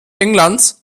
englands